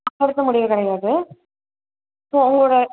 நாங்கள் எடுத்த முடிவு கிடையாது ஸோ அவங்களோட